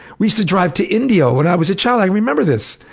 we used to drive to indio when i was a child, i remember this.